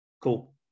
Cool